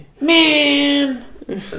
Man